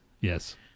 Yes